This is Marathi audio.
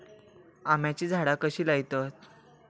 आम्याची झाडा कशी लयतत?